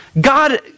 God